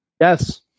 Yes